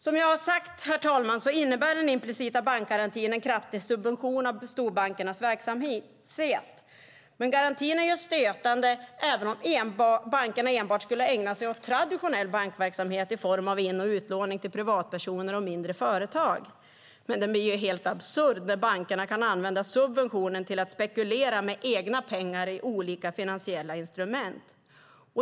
Som jag sagt, herr talman, innebär den implicita bankgarantin en kraftig subvention av storbankernas verksamhet. Garantin vore stötande även om bankerna enbart skulle ägna sig åt traditionell bankverksamhet i form av in och utlåning till privatpersoner och mindre företag, men den är helt absurd när bankerna kan använda subventionen till att spekulera med egna pengar i olika finansiella instrument.